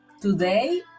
Today